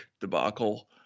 debacle